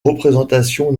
représentations